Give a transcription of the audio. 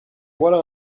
voilà